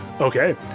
Okay